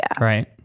Right